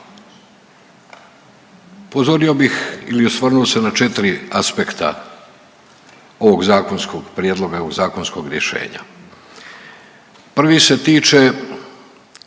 Upozorio bih ili osvrnuo se na 4 aspekta ovog zakonskog prijedloga i ovog zakonskog rješenja. Prvi se tiče